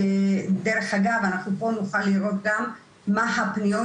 דרך אגב אנחנו פה נוכל לראות גם מה הפניות